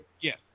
Yes